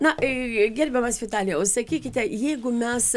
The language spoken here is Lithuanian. na a gerbiamas vitalijau sakykite jeigu mes